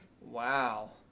Wow